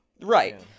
Right